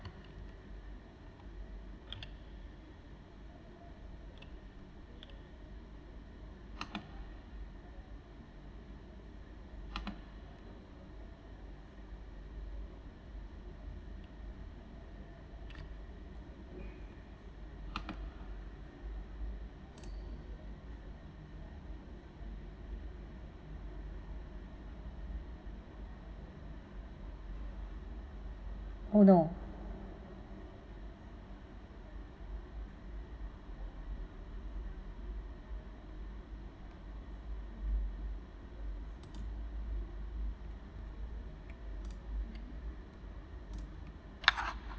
oh no